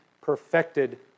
perfected